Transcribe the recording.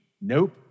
Nope